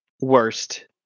worst